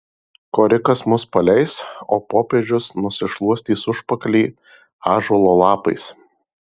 korikas mus paleis o popiežius nusišluostys užpakalį ąžuolo lapais